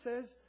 says